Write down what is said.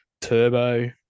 turbo